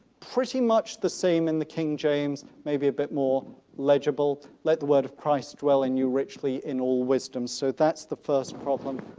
pretty much the same in the king james, maybe a bit more legible. let the word of christ dwell in you richly in all wisdom. so that's the first problem.